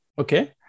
Okay